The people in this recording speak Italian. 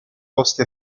posti